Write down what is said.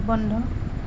বন্ধ